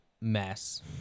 mess